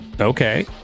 Okay